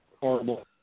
horrible